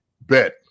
Bet